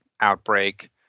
outbreak